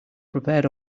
prepared